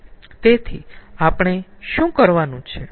તેથી આપણે શું કરવાનું છે